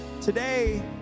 Today